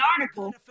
article